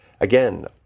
Again